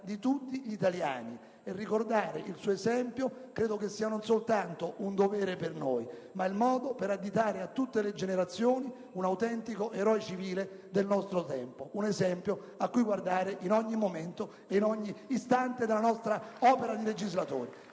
di tutti gli italiani. Ricordare il suo esempio credo che sia non soltanto un dovere per noi, ma il modo per additare a tutte le generazioni un autentico eroe civile del nostro tempo, un esempio a cui guardare in ogni momento e in ogni istante della nostra opera di legislatori.